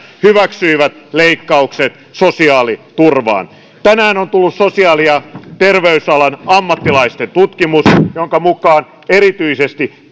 hyväksyivät leikkaukset sosiaaliturvaan tänään on tullut sosiaali ja terveysalan ammattilaisten tutkimus jonka mukaan erityisesti